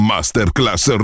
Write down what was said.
Masterclass